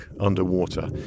underwater